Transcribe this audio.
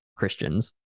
Christians